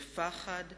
בפחד,